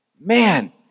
Man